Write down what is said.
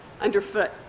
underfoot